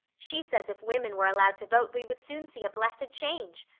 she says if women were allowed to vote we would soon see a blessed change.